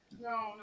no